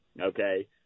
Okay